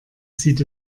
sieht